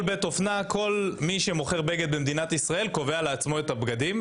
כל בית אופנה וכל מי שמוכר בגד במדינת ישראל קובע לעצמו את הבגדים,